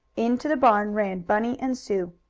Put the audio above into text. into the barn ran bunny and sue.